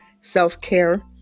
self-care